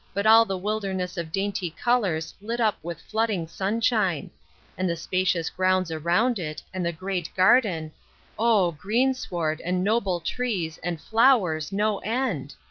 but all the wilderness of dainty colors lit up with flooding sunshine and the spacious grounds around it, and the great garden oh, greensward, and noble trees, and flowers, no end!